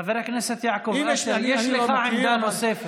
חבר הכנסת יעקב אשר, יש לך עמדה נוספת.